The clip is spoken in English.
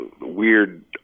weird